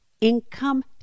Income